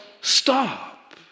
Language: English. stop